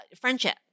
friendship